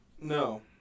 No